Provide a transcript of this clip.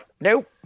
Nope